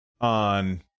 on